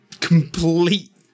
complete